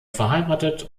verheiratet